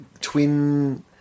twin